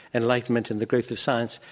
enlightenment and the growth of science,